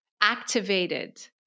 activated